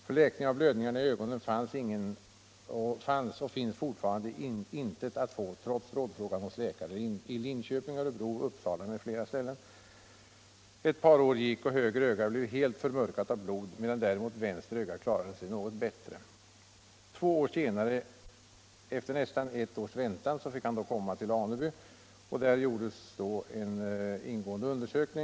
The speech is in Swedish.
För läkning av blödningarna i ögonen fanns och finns fortfarande intet att få trots rådfrågan hos läkare i Linköping, Örebro, Uppsala m.m. Ett par år gick och höger öga blev helt förmörkat av blod medan däremot vänster öga klarade sig något bättre.” Två år senare fick den här mannen komma till kliniken i Aneby. Där gjordes en ingående undersökning.